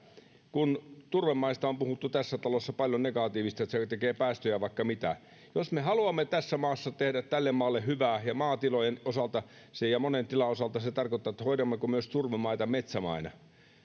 kun turvemaista on puhuttu tässä talossa paljon negatiivista että se tekee päästöjä ja vaikka mitä niin jos me haluamme tässä maassa tehdä tälle maalle hyvää maatilojen osalta ja monen tilan osalta se tarkoittaa että hoidammeko myös turvemaita metsämaina